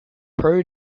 pro